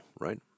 Right